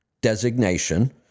designation